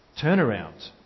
turnaround